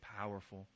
powerful